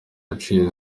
yaciwe